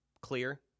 clear